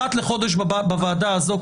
אחת לחודש בוועדה הזאת,